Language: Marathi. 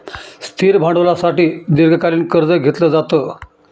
स्थिर भांडवलासाठी दीर्घकालीन कर्ज घेतलं जातं